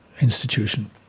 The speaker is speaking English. institution